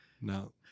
No